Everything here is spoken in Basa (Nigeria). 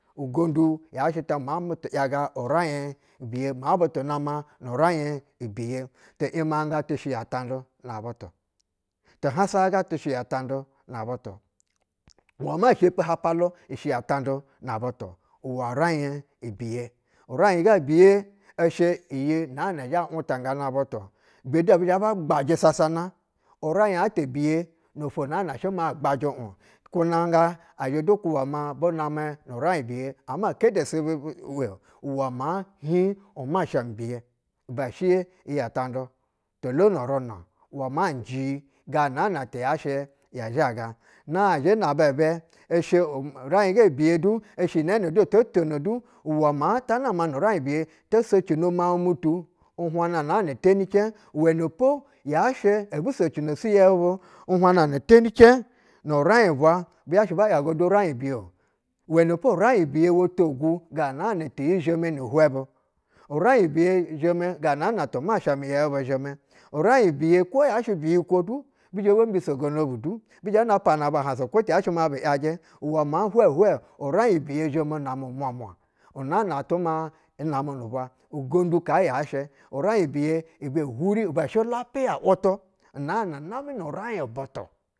Ugonƌu yashɛ ta maa butu ‘yaga uraiy biye, maa butu nama nu raiɧ ibiye, ti, yamanga tashɛ iyi a taudu na butu, tu hasasa gaga tɛ shɛ iyi atadu na butu, uwɛ maa shepi haɧpalu ishɛ yi a taidu na butu uwɛ raiɧ ibiye. Uraiɧ ga biye ishɛ iyi nɛɛ nɛ zhɛ utangana butu bi zhɛ ba gbajɛ sasana maiɧ ta biye nofwo naa na shɛ ma gbajɛ uɧ, kuna nga ɛzhe du kwuba ma bu namɛ nu raiɧ biye. Ama kede shɛ butu biye-o uwɛ maa hiɧ nu masha mi biye ibɛ shɛ iyi tanƌa. To lono runa-o uwɛma njɛ yi ganana ti ya shɛ ya zhaga. Nazhɛ y aba bɛ ishɛ uraiɧ ga biye du ishɛ inɛɛ nɛ o to tono du uwɛ ma ta nama nu raiɧ biye to socino miauɧ tu uhwana naana teni cɛɧ, uwɛnɛpo yashɛ obu socino su yɛu bu uhwana na teni cɛɧ nu raiɧ bwa buzha shɛ ba ‘yaga du raiɧ biye-o uwɛnɛpo raiɧ biye wo togu ga nga na ti yi zhɛmɛ ga na tu masha miyɛu bu zhɛmɛ, uraiɧ biye kwo yashɛ biyikwo du bizhɛ bo mbisogono bu du, bi zhɛ na pana ɧu ahansa kwo ti yashɛ ma bu yajɛ uwɛ moa hwɛhwɛ uraiɧ biyɛ zhɛma data unaa na shɛ ma bunamɛ nu bwa, ugonƌu kaa ya shɛ. Uraiɧ biye ubwa huri ubwa shɛ lapiya wutu unaa na namɛ nu raiɧ butu.